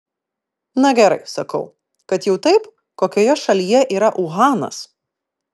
na gerai sakau kad jau taip kokioje šalyje yra uhanas